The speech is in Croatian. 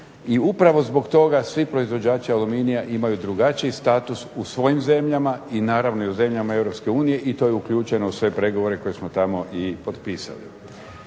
I upravo zbog toga svi proizvođači aluminija imaju drugačiji status u svojim zemljama i naravno i u zemljama EU i to je uključeno u sve pregovore koje smo tamo i potpisali.